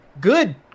good